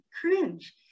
cringe